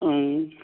ꯎꯝ